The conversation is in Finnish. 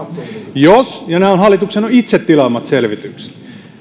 ja nämä ovat hallituksen itse tilaamat selvitykset